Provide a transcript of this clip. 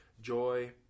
joy